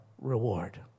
reward